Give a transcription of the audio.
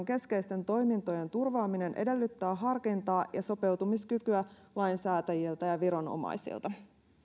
keskeisten toimintojen turvaaminen edellyttää harkintaa ja sopeutumiskykyä lainsäätäjiltä ja ja viranomaisilta